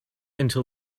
until